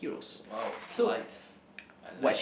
!wow! slice I like